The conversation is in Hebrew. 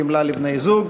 גמלה לבני-זוג),